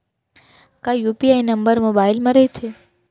का UPI number mobile म रहिथे?